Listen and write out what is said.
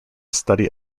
study